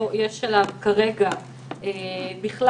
יש עליו כרגע בכלל,